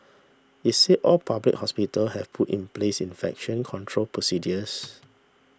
it says all public hospitals have put in place infection control procedures